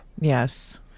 Yes